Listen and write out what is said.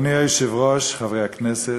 אדוני היושב-ראש, חברי הכנסת,